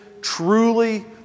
truly